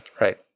Right